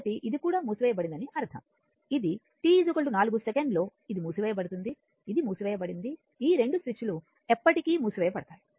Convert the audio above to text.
కాబట్టి ఇది కూడా మూసివేయబడిందని అర్థం ఇది t 4 సెకనులో ఇది మూసివేయబడుతుంది ఇది మూసివేయబడింది ఈ రెండు స్విచ్లు ఎప్పటికీ మూసివేయబడతాయి